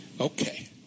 Okay